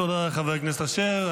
תודה לחבר הכנסת אשר.